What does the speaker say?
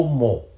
more